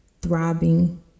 throbbing